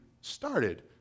started